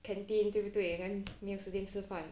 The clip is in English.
canteen 对不对 then 没有时间吃饭